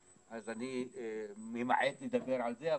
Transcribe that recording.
אז אני ממעט לדבר על זה,